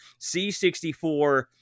C64